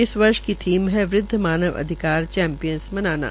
इस वर्ष की थीम है वृद्व मानव अधिकार चैपिंयंस मनाना